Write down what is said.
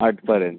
आठपर्यंत